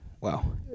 Wow